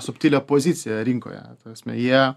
subtilią poziciją rinkoje ta prasme jie